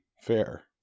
fair